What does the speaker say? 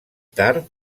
tard